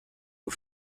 aux